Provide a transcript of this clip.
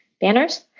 banners